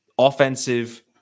offensive